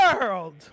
world